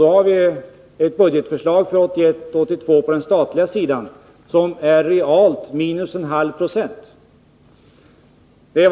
På den statliga sidan ligger budgetförslaget för 1981/82 på realt minus 0,5 96.